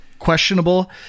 questionable